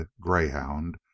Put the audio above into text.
greyhound